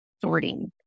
sorting